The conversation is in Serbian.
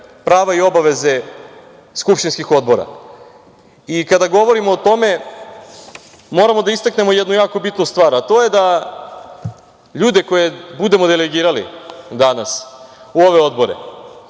prava i obaveze skupštinskih odbora. Kada govorimo o tome moramo da istaknemo jednu jako bitnu stvar, a to je da ljudi, koje budemo delegirali danas u ove odbore,